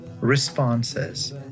responses